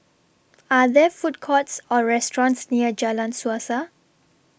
Are There Food Courts Or restaurants near Jalan Suasa